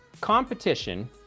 competition